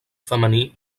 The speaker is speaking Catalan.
femení